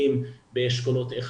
זכאים,